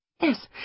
Yes